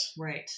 Right